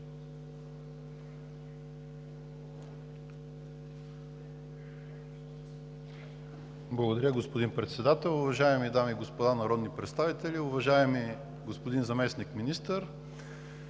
Благодаря, господин Председател. Уважаеми дами и господа народни представители, уважаеми господин Заместник-министър!